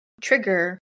trigger